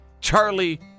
Charlie